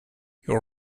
your